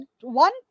one